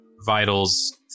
vitals